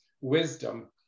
wisdom